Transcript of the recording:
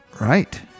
Right